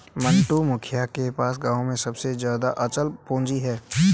मंटू, मुखिया के पास गांव में सबसे ज्यादा अचल पूंजी है